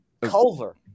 culver